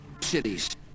cities